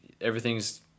everything's